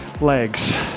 legs